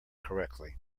correctly